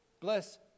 bless